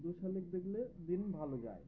দু শালিক দেখলে দিন ভালো যায়